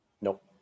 Nope